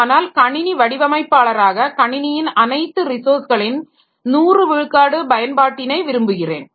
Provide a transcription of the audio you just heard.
ஆனால் கணினி வடிவமைப்பாளராக கணினியின் அனைத்து ரிசோர்ஸ்களின் 100 விழுக்காடு பயன்பாட்டினை விரும்புகிறேன்